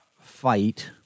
fight